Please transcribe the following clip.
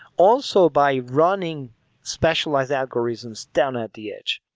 also by running specialized algorithms down at the edge.